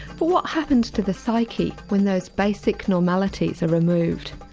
what happens to the psyche when those basic normalities are removed,